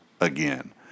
again